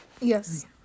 Yes